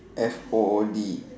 F O O D